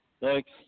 thanks